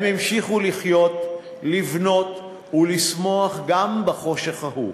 הם המשיכו לחיות, לבנות ולשמוח גם בחושך ההוא.